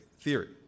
theory